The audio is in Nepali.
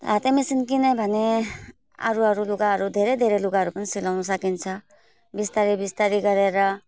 हाते मेसिन किन्यो भने अरू अरू लुगाहरू धेरै धेरै लुगाहरू पनि सिलाउनु सकिन्छ बिस्तारै बिस्तारै गरेर